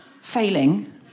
failing